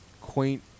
quaint